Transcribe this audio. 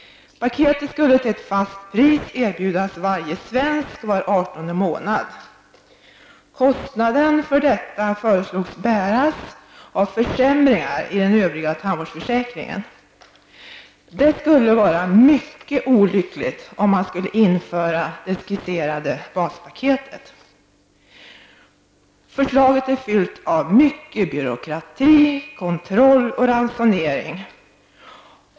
Paketet skulle till ett fast pris erbjudas varje svensk var adertonde månad. Kostnaden för detta föreslogs bäras av försämringar i den övriga tandvårdsförsäkringen. Det skulle vara mycket olyckligt, om man införde det skisserade baspaketet. Förslaget är fyllt av mycket byråkrati, kontroll och ransonering.